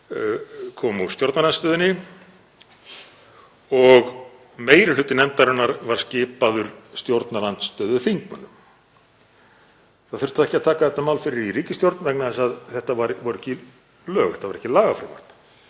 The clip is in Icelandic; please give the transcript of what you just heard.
kom úr stjórnarandstöðunni og meiri hluti nefndarinnar var skipaður stjórnarandstöðuþingmönnum. Það þurfti ekki að taka þetta mál fyrir í ríkisstjórn vegna þess að þetta voru ekki lög, þetta var ekki lagafrumvarp.